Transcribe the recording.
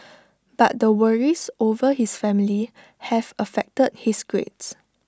but the worries over his family have affected his grades